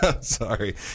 sorry